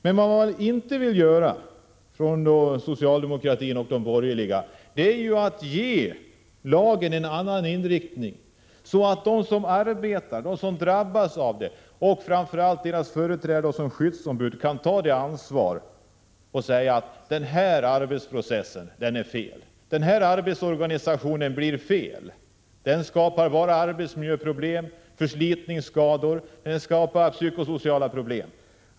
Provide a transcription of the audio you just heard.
Däremot vill man varken från socialdemokratiskt eller borgerligt håll ge lagen en annan inriktning — så att de som arbetar och drabbas och framför allt deras företrädare som skyddsombud kan ta ansvaret och säga att denna arbetsprocess är fel och att denna arbetsorganisation kommer att bli fel, den kommer att skapa arbetsmiljöproblem, förslitningsskador och psykosociala problem.